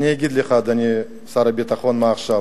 אני אגיד לך, אדוני שר הביטחון, מה עכשיו.